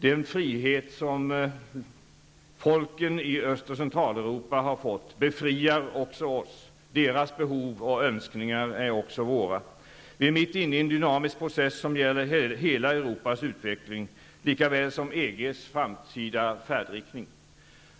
Den frihet som folken i Central Östeuropa har fått befriar också oss. Deras behov och önskningar är också våra. Vi är mitt inne i dynamisk process som gäller hela Europas utveckling lika väl som EGs framtida färdriktning.